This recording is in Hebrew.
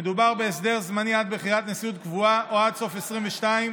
מדובר בהסדר זמני עד בחירת נשיאות קבועה או עד סוף 2022,